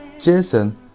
Jason